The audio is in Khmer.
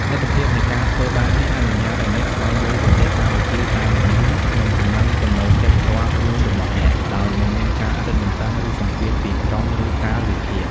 លទ្ធភាពនៃការធ្វើបែបនេះអនុញ្ញាតឱ្យអ្នក ស្វែងយល់ប្រទេសកម្ពុជាតាមល្បឿន និងចំណូលចិត្តផ្ទាល់ខ្លួនរបស់អ្នក ដោយមិនមានការរឹតបន្តឹង ឬសម្ពាធពីក្រុម ឬកាលវិភាគ។